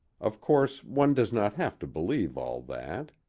of course one does not have to believe all that.